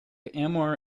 amor